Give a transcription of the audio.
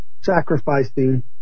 sacrificing